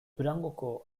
durangoko